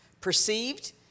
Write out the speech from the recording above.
perceived